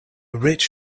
rich